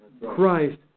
Christ